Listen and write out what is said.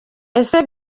ese